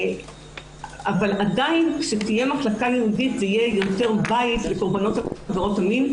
אבל עדיין כשתהיה מחלקה ייעודית זה יהיה יותר בית לקורבנות עבירות המין,